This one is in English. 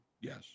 Yes